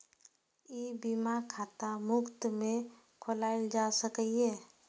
ई बीमा खाता मुफ्त मे खोलाएल जा सकैए